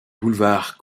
boulevard